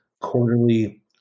quarterly